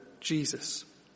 Jesus